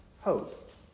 hope